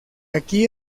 aquí